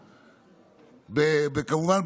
כמובן,